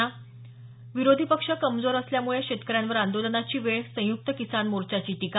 स विरोधी पक्ष कमजोर असल्यामुळे शेतकऱ्यांवर आंदोलनाची वेळ संयुक्त किसान मोर्चाची टीका